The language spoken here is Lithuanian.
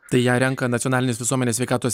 tai ją renka nacionalinis visuomenės sveikatos